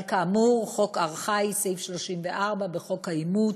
אבל, כאמור, חוק ארכאי, סעיף 34 בחוק האימוץ,